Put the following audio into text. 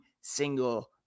single